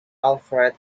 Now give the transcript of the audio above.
alfred